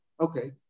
Okay